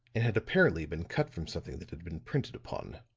and had apparently been cut from something that had been printed upon.